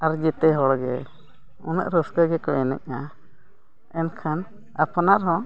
ᱟᱨ ᱡᱮᱛᱮ ᱦᱚᱲ ᱜᱮ ᱩᱱᱟᱹᱜ ᱨᱟᱹᱥᱠᱟᱹ ᱜᱮᱠᱚ ᱮᱱᱮᱡᱟ ᱮᱱᱠᱷᱟᱱ ᱟᱯᱱᱟᱨ ᱦᱚᱸ